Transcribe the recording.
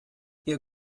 ihr